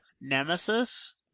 Nemesis